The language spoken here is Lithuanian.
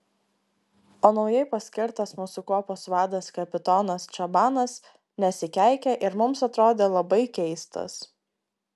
o naujai paskirtas mūsų kuopos vadas kapitonas čabanas nesikeikė ir mums atrodė labai keistas